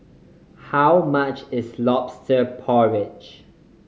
how much is Lobster Porridge